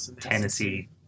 Tennessee